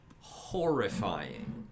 horrifying